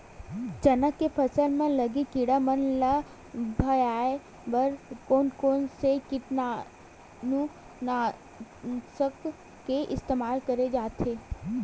चना के फसल म लगे किड़ा मन ला भगाये बर कोन कोन से कीटानु नाशक के इस्तेमाल करना चाहि?